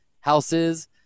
houses